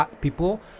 people